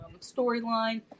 storyline